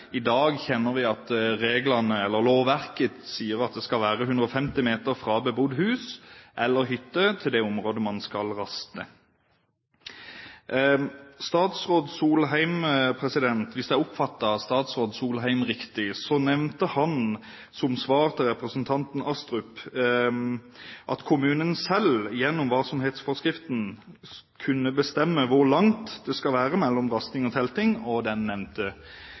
I dag vet vi at reglene og lovverket sier at det skal være 150 meter fra bebodd hus eller hytte til det området hvor man skal raste. Hvis jeg oppfattet statsråd Solheim riktig, nevnte han som svar til representanten Astrup at kommunen selv gjennom varsomhetsforskriften kunne bestemme hvor langt det skal være mellom rasting og telting og den nevnte